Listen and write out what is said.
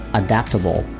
adaptable